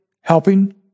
helping